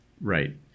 right